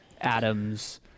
Adams